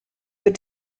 wir